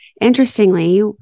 Interestingly